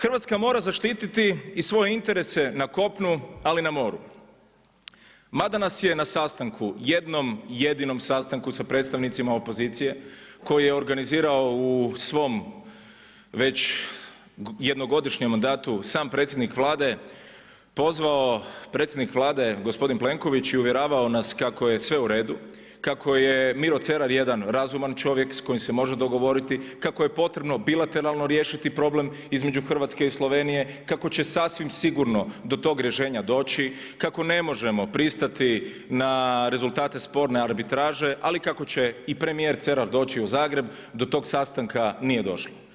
Hrvatska mora zaštitit i svoje interese na kopnu ali i na moru mada nas je na sastanku, jednom jedinom sastanku sa predstavnicima opozicije koji je organizirao u svom već jednogodišnjem mandatu sam predsjednik Vlade, pozvao predsjednik Vlade gospodin Plenković i uvjeravao nas kako je sve u redu, kako je Miro Cerar jedan razuman čovjek s kojim se može dogovoriti, kako je potrebno bilateralno riješiti problem između Hrvatske i Slovenije, kako će sasvim sigurno do tog rješenja doći, kako ne možemo pristati na rezultate sporne arbitraže ali kako će i premijer Cerar doći u Zagreb, do tog sastanka nije došlo.